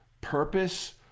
purpose